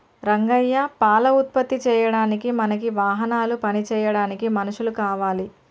రంగయ్య పాల ఉత్పత్తి చేయడానికి మనకి వాహనాలు పని చేయడానికి మనుషులు కావాలి